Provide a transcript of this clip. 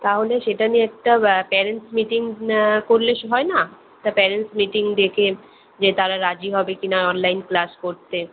তাহলে সেটা নিয়ে একটা প্যারেন্টস মিটিং করলে হয় না একটা প্যারেন্টস মিটিং ডেকে যে তারা রাজি হবে কি না অনলাইন ক্লাস করতে